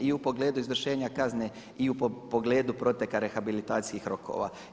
I u pogledu izvršenja kazne i u pogledu proteka rehabilitacijskih rokova.